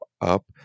up